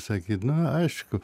sakyt nu aišku